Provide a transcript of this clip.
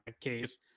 case